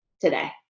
today